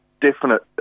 definite